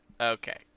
okay